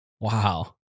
Wow